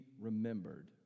Remembered